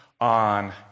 on